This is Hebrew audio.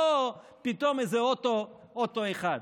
ולא פתאום איזה אוטו אחד.